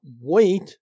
wait